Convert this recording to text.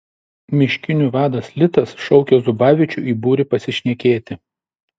miškinių vadas litas šaukia zubavičių į būrį pasišnekėti